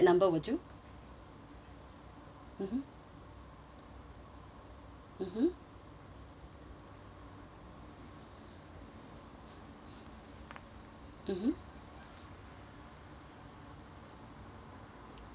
mmhmm mmhmm mmhmm